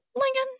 lincoln